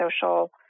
social